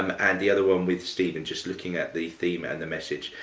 um and the other one with stephen, just looking at the theme and the message.